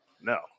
No